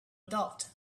doubt